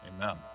Amen